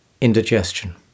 indigestion